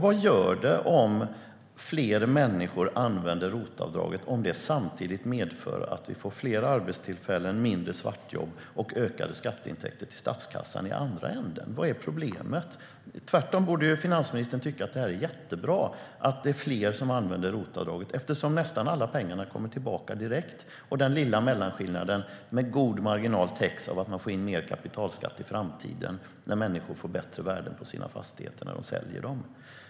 Vad gör det om fler människor använder ROT-avdraget om det samtidigt medför att vi får fler arbetstillfällen, mindre svartjobb och ökade skatteintäkter till statskassan i den andra änden? Vad är problemet? Finansministern borde tvärtom tycka att det är jättebra att det är fler som använder ROT-avdraget eftersom nästan alla pengar kommer tillbaka direkt och den lilla mellanskillnaden med god marginal täcks av att man får in mer kapitalskatt i framtiden när människor får bättre värden på sina fastigheter när de säljer dem.